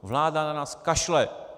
Vláda na nás kašle!